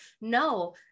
no